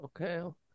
Okay